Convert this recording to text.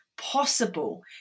possible